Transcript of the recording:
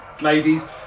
ladies